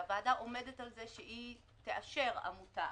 שהוועדה עומדת על זה שהיא תאשר עמותה,